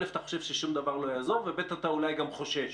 אתה חושב ששום דבר לא יעזור ואתה אולי גם חושש.